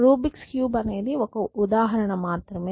Rubik's cube అనేది ఒక ఉదాహరణ మాత్రమే